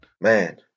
Man